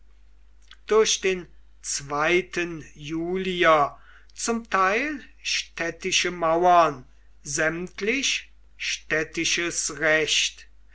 durch den zweiten julier zum teil städtische mauern sämtlich städtisches recht